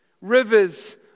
rivers